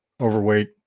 overweight